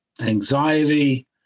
anxiety